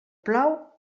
plou